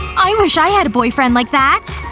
i wish i had a boyfriend like that!